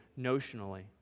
notionally